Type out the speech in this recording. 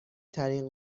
ترین